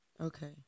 Okay